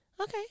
Okay